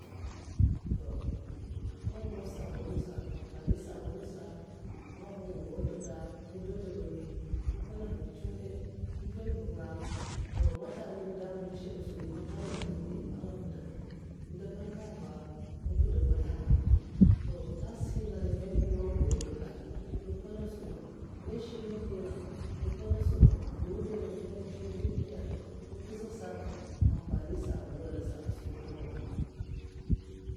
Man nga ngwots sabulu sa amfani sabulu sa man mvu ngaya èn gau ndir'da nku dèngaya dabagui'ngu mpèna mvunga tsuwadad mpèna nvunga tsuwadad sa to maslak nga ba dè. man mashalka ngu mpèna maslak dè ngu mpada nhad tèr nasa um mpan nkai va ngu mpèd maslakai nga nva to tas nhi nga ana mama ba man gau dirda nga mpèna avuna nè shèm myèn nhi nga mpèna ana ndèla skwi nga ngu mpèza nsak'nga amfani sabulu nsa man ngu suna nga